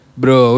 bro